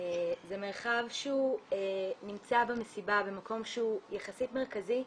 זה מרחב שנמצא במסיבה במקום שהוא יחסית מרכזי,